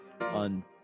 on